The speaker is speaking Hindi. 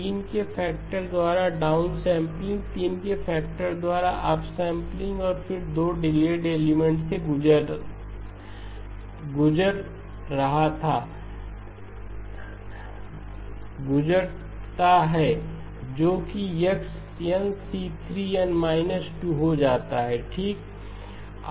3 के फैक्टर द्वारा डाउन सैंपलिंग 3 के फैक्टर द्वारा अप सैंपलिंग और फिर 2 डिलेड एलिमेंट से गुजर था हैं जो कि x n c3 n 2 हो जाता है ठीक